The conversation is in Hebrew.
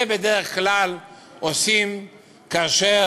כלומר, את זה בדרך כלל עושים כאשר